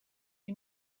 you